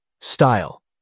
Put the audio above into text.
Style